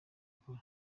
akora